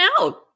out